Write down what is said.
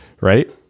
right